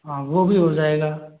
हाँ वो भी हो जाएगा